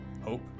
Hope